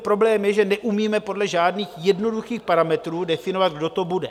Problém je, že neumíme podle žádných jednoduchých parametrů definovat, kdo to bude.